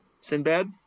sinbad